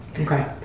Okay